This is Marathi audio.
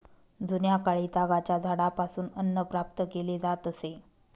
जुन्याकाळी तागाच्या झाडापासून अन्न प्राप्त केले जात असे